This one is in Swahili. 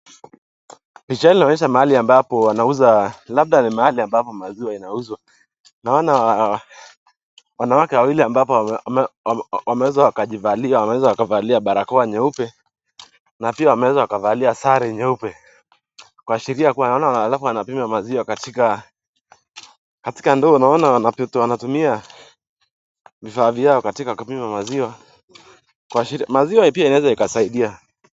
Mahali ambapo maziwa inauzwa, wanawake wawili ambao wameweza wakavalia barakoa na sare nyeupe kwa shiria kuuwa wanapima maziwa katika ndoo na unaona kuna vitu wanatumia vifaa vyao katika kupima. Maziwa pia inaweza saidia.